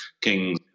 King's